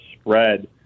spread